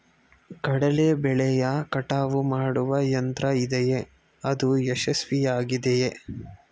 ಕಡಲೆ ಬೆಳೆಯ ಕಟಾವು ಮಾಡುವ ಯಂತ್ರ ಇದೆಯೇ? ಅದು ಯಶಸ್ವಿಯಾಗಿದೆಯೇ?